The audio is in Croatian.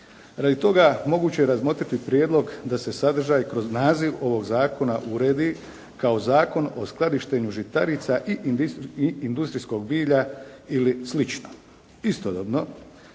Radi toga, moguće je razmotriti prijedlog da se sadržaj kroz naziv ovog zakona uredi kao zakon o skladištenju žitarica i industrijskog bilja ili slično. Istodobno,